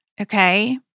okay